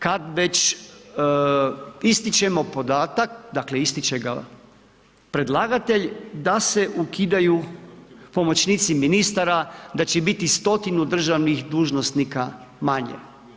Kad već ističemo podatak, dakle ističe ga predlagatelj da se ukidaju pomoćnici ministara, da će biti stotinu državnih manje.